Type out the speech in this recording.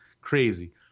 Crazy